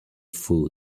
food